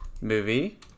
movie